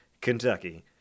Kentucky